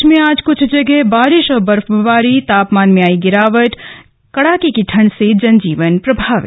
प्रदेश में आज कुछ जगह हुई बारिश और बर्फबारी तापमान में आयी गिरावट कड़ाके की ठंड से जनजीवन प्रभावित